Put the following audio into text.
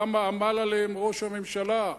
כמה עמל עליהן ראש הממשלה.